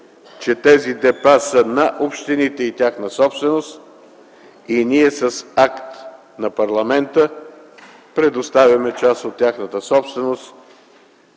че тези депа са на общините, те са тяхна собственост и ние с акт на парламента предоставяме част от тяхната собственост,